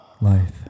Life